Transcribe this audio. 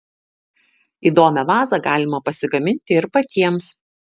įdomią vazą galima pasigaminti ir patiems